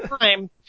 time